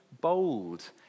bold